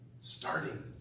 starting